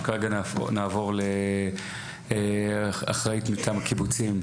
אנחנו כרגע נעבור לאחראית מטעם הקיבוצים,